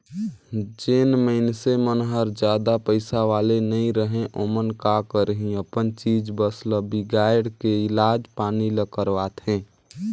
जेन मइनसे मन हर जादा पइसा वाले नइ रहें ओमन का करही अपन चीच बस ल बिगायड़ के इलाज पानी ल करवाथें